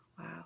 Wow